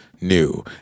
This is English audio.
new